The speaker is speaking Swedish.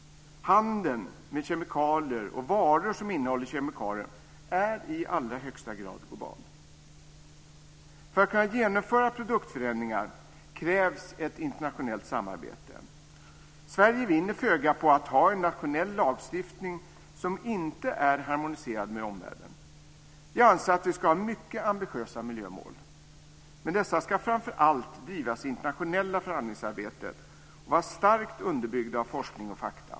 Handeln med kemikalier och varor som innehåller kemikalier är i allra högsta grad global. För att kunna genomföra produktförändringar krävs ett internationellt samarbete. Sverige vinner föga på att ha en nationell lagstiftning som inte är harmoniserad med omvärlden. Jag anser att vi ska ha mycket ambitiösa miljömål, men dessa ska framför allt drivas i det internationella förhandlingsarbetet och vara starkt underbyggda av forskning och fakta.